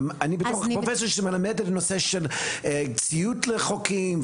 ואני בתור פרופסור שמלמד את הנושא של ציות לחוקים,